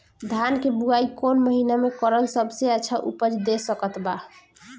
धान के बुआई कौन महीना मे करल सबसे अच्छा उपज दे सकत बा?